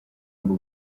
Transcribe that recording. ngo